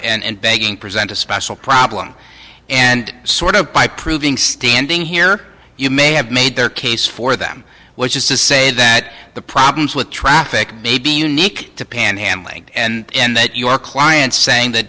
and begging present a special problem and sort of by proving standing here you may have made their case for them which is to say that the problems with traffic maybe unique to panhandling and that your client saying that